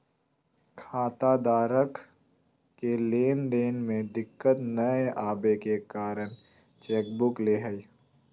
खाताधारक के लेन देन में दिक्कत नयय अबे के कारण चेकबुक ले हइ